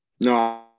No